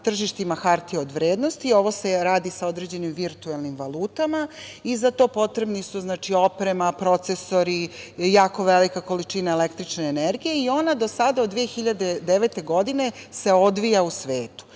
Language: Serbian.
tržištima hartije od vrednosti, ovo se radi sa određenim virtuelnim valutama i za to potrebni su oprema, procesori, jako velika količina električne energije i ona do sada od 2009. godine se odvija u svetu. Naši